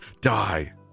Die